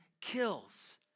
kills